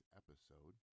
episode